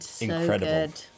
Incredible